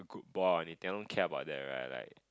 ball out they don't care about that right like